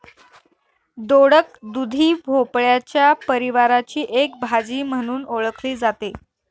दोडक, दुधी भोपळ्याच्या परिवाराची एक भाजी म्हणून ओळखली जाते